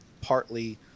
partly